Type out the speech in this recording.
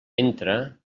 entra